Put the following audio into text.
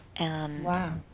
Wow